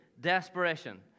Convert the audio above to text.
desperation